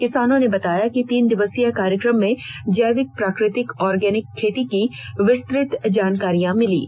किसानों ने बताया कि तीन दिवसीय कार्यक्रम में जैविक प्राकृतिक ऑर्गेनिक खेती की विस्तृत जानकारियां मिलीं